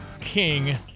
king